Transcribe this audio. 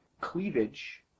Cleavage